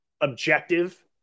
objective